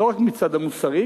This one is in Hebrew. לא רק מהצד המוסרי,